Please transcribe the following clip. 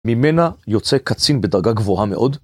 ממנה יוצא קצין בדרגה גבוהה מאוד